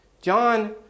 John